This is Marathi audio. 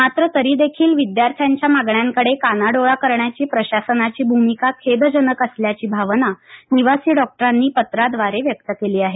मात्र तरीदेखील विद्यार्थ्यांच्या मागण्यांकडे कानाडोळा करण्याची प्रशासनाची भूमिका खेदजनक असल्याची भावना निवासी डॉक्टरांनी पत्राद्वारे व्यक्त केली आहे